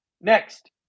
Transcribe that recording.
Next